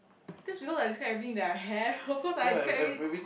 that is because I describe everything that I have of course I will have to describe everything